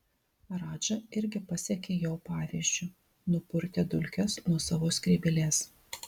radža irgi pasekė jo pavyzdžiu nupurtė dulkes nuo savo skrybėlės